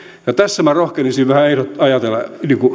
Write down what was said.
tässä minä rohkenisin vähän ajatella